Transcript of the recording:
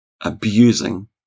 abusing